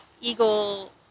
Eagle